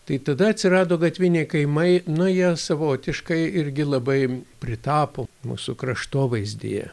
tai tada atsirado gatviniai kaimai nu jie savotiškai irgi labai pritapo mūsų kraštovaizdyje